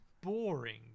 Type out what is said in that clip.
boring